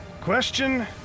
Question